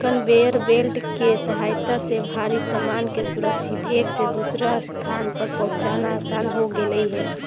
conveyor belt के सहायता से भारी सामान के सुरक्षित एक से दूसर स्थान पर पहुँचाना असान हो गेलई हे